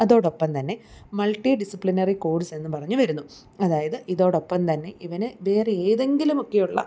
അതോടൊപ്പം തന്നെ multidisciplinary course എന്ന് പറഞ്ഞു വരുന്നു അതായത് ഇതോടൊപ്പം തന്നെ ഇവന് വേറെ ഏതെങ്കിലുമൊക്കെയുള്ള